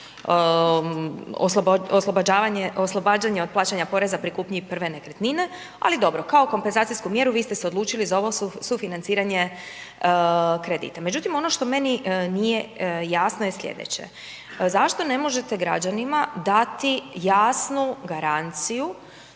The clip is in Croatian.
oslobađanje od plaćanja poreza pri kupnji prve nekretnine, ali dobro kao kompenzacijsku mjeru vi ste se odlučili za ovo sufinanciranje kredita. Međutim ono što meni nije jasno je sljedeće. Zašto ne možete građanima dati jasnu garanciju